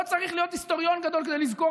לא צריך להיות היסטוריון גדול כדי לזכור